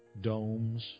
domes